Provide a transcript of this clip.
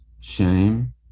shame